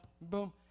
boom